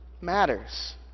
Matters